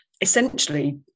essentially